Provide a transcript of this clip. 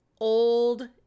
old